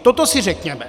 Toto si řekněme.